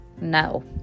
no